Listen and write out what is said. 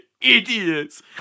idiots